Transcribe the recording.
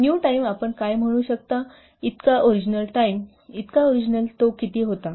new time आपण असे काय म्हणू शकताइतका ओरिजिनल टाईमइतका ओरिजिनल तो किती होता